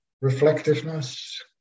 reflectiveness